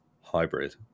hybrid